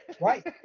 right